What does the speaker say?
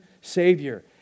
Savior